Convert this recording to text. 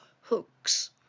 hooks